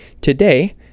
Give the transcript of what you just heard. Today